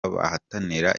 bahataniraga